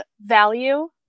value